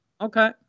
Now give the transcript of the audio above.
Okay